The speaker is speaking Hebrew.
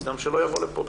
אז שלא יבוא לכאן בכלל.